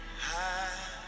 high